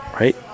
right